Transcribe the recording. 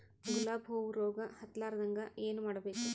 ಗುಲಾಬ್ ಹೂವು ರೋಗ ಹತ್ತಲಾರದಂಗ ಏನು ಮಾಡಬೇಕು?